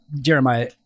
Jeremiah